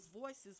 voices